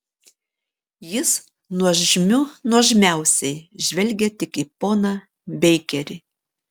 jis nuožmių nuožmiausiai žvelgia tik į poną beikerį